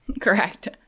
Correct